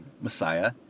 Messiah